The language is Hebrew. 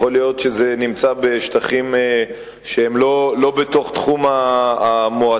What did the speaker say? יכול להיות שזה נמצא בשטחים שהם לא בתוך תחום המועצה,